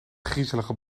griezelige